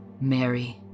Mary